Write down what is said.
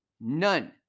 none